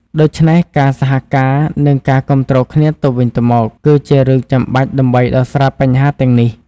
ដូច្នេះ ការសហការនិងការគាំទ្រគ្នាទៅវិញទៅមកគឺជារឿងចាំបាច់ដើម្បីដោះស្រាយបញ្ហាទាំងនេះ។